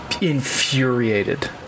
infuriated